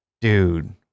dude